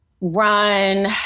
run